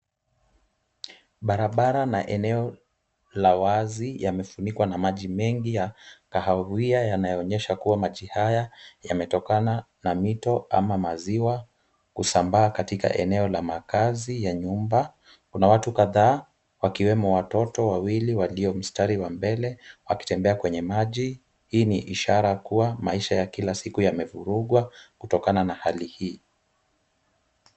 Barabara na eneo la wazi yamefunikwa na maji ya kahawia ambayo yanaonyesha kuwa maji haya yametokana na mito ama maziwa kusambaa katika makazi au maeneo ya nyumba. Kuna watu kadhaa wakiwemo watoto walio katika mstari wa mbele wakitembea kwenye maji. Hii ni ishara kuwa maisha ya kila siku yamevurugwa kutokana na hali hii.